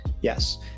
Yes